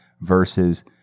versus